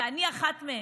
ואני אחת מהן,